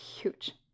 huge